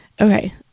Okay